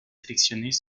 sélectionnés